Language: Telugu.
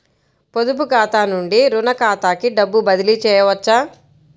పొదుపు ఖాతా నుండీ, రుణ ఖాతాకి డబ్బు బదిలీ చేయవచ్చా?